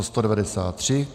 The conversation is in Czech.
193.